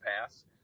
pass